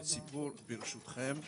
בסיפור, ברשותכם.